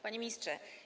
Panie Ministrze!